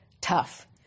tough